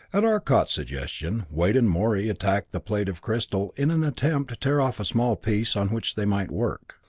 at arcot's suggestion, wade and morey attacked the plate of crystal in an attempt to tear off a small piece, on which they might work.